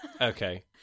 Okay